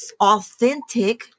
authentic